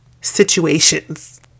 situations